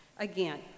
Again